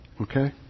Okay